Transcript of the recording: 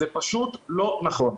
זה פשוט לא נכון.